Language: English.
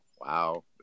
Wow